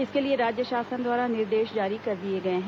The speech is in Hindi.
इसके लिए राज्य शासन द्वारा निर्देश जारी कर दिए गए हैं